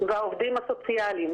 והעובדים הסוציאליים